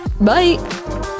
bye